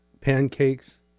pancakes